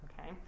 okay